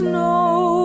Snow